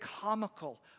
comical